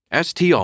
STR